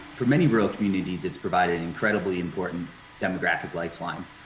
for many rural communities, it's provided an incredibly important demographic lifeline.